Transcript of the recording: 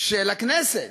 של הכנסת.